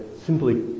simply